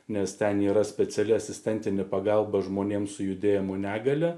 nes ten yra speciali asistentė pagalba žmonėms su judėjimo negalią